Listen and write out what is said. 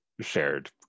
shared